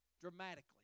dramatically